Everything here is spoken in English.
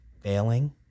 Failing